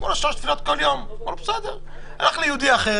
אני רוצה להגיד לכם